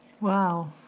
Wow